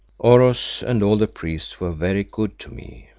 oros and all the priests were very good to me.